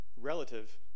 relative